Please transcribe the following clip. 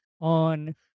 on